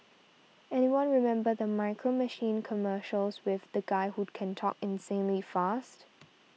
anyone remember the Micro Machines commercials with the guy who can talk insanely fast